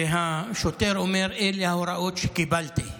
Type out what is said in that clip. והשוטר אומר: אלה ההוראות שקיבלתי.